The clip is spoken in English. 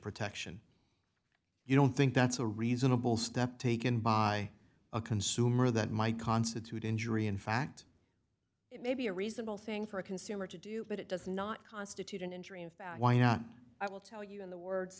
protection you don't think that's a reasonable step taken by a consumer that might constitute injury in fact it may be a reasonable thing for a consumer to do but it does not constitute an injury and why not i will tell you in the wor